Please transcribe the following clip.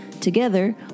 Together